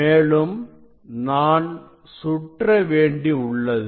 மேலும் நான் சுற்ற வேண்டி உள்ளது